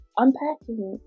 unpacking